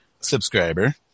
subscriber